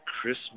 Christmas